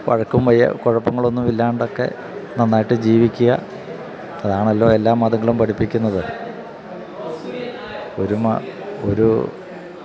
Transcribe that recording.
വഴക്കും കുഴപ്പങ്ങളൊന്നും ഇല്ലാതെയൊക്കെ നന്നായിട്ട് ജീവിക്കുക അതാണല്ലോ എല്ലാ മതങ്ങളും പഠിപ്പിക്കുന്നത് ഒരു